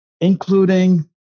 including